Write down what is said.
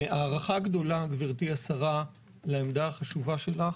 הערכה גדולה גברתי השרה, על העמדה החשובה שלך,